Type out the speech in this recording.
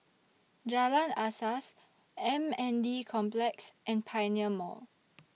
Jalan Asas M N D Complex and Pioneer Mall